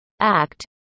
Act